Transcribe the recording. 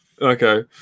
Okay